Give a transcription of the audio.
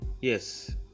Yes